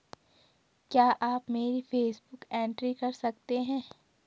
क्या आप मेरी पासबुक बुक एंट्री कर सकते हैं?